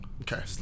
Okay